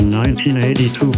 1982